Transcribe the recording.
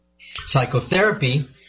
Psychotherapy